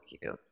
cute